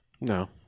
No